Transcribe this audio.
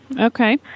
Okay